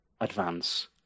advance